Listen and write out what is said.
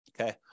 Okay